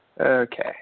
Okay